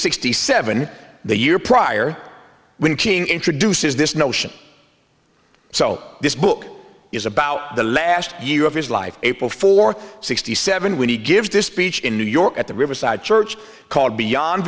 sixty seven the year prior when king introduces this notion so this book is about the last year of his life april fourth sixty seven when he gives this speech in new york at the riverside church called beyond